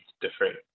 different